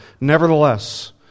Nevertheless